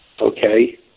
okay